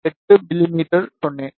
8 mm சொன்னேன்